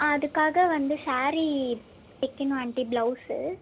அதுக்காக வந்து ஸேரீ தைக்கணும் ஆண்ட்டி ப்ளௌஸு